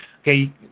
Okay